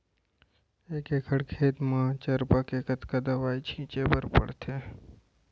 एक एकड़ खेत म चरपा के कतना दवई छिंचे बर पड़थे?